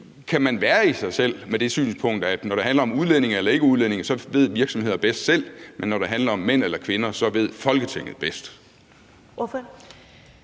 kan man være i sig selv med det synspunkt, at når det handler om udlændinge eller ikkeudlændinge, så ved virksomheder bedst selv, men når det handler om mænd eller kvinder, ved Folketinget bedst?